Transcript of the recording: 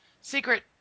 Secret